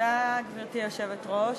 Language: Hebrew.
תודה רבה.